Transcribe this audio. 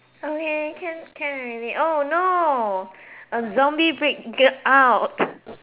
okay can can already oh no a zombie breakout